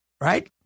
right